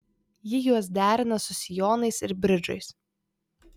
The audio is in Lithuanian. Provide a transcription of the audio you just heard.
ji juos derina su sijonais ir bridžais